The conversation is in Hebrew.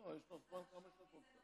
בוועדת העבודה,